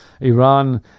Iran